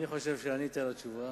אני חושב שעניתי על השאלה.